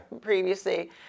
previously